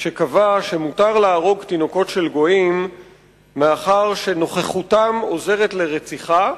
שקבע שמותר להרוג תינוקות של גויים מאחר ש"נוכחותם עוזרת לרציחה",